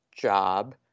job